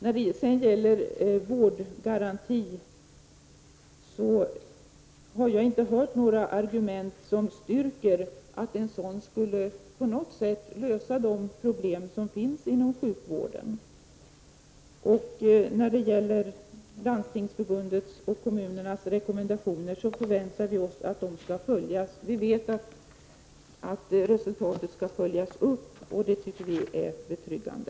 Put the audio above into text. När det sedan gäller vårdgarantin så har jag inte hört några argument som styrker att en sådan skulle på något sätt kunna lösa de problem som finns inom sjukvården. Vi förväntar oss att landstingsförvaltningens och kommunernas rekommendationer följs. Vi vet att resultatet skall följas upp, och det tycker vi är betryggande.